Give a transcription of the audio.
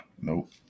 nope